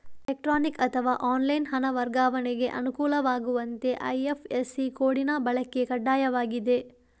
electronic ಅಥವಾ online ಹಣ ವರ್ಗಾವಣೆಗೆ ಅನುಕೂಲವಾಗುವಂತೆ ಐ.ಎಫ್.ಎಸ್.ಸಿ ಕೋಡಿನ ಬಳಕೆ ಕಡ್ಡಾಯವಾಗಿದೆ